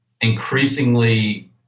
Increasingly